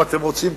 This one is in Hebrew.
אם אתם רוצים,